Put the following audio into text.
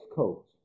codes